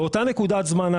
באותה נקודת זמן,